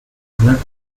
blood